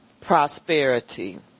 prosperity